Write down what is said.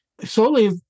solely